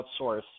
outsource